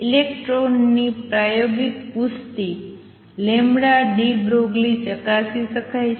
ઇલેક્ટ્રોનની પ્રાયોગિક પુષ્ટિ deBroglie ચકાસી શકાય છે